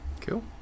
Cool